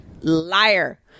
liar